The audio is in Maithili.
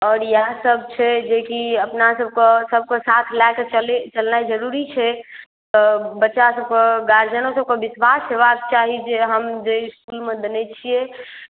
आओर इएहसभ छै जे कि अपनासभकेँ सभकँ साथ लए कऽ चलै चलनाइ जरूरी छै तऽ बच्चासभकेँ गार्जियनोसभकेँ विश्वास हेबाक चाही जे हम जे इस्कुलमे देने छियै